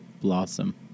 blossom